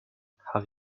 have